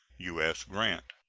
u s. grant.